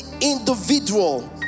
individual